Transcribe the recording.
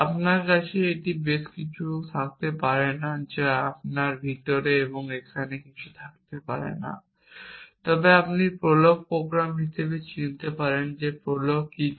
আপনার কাছে এর চেয়ে বেশি কিছু থাকতে পারে না যা আপনার ভিতরে এখানে এবং আরও অনেক কিছু থাকতে পারে না তবে আপনি প্রোলগ প্রোগ্রাম হিসাবে চিনতে পারেন প্রোলগ কী করে